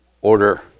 order